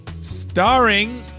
Starring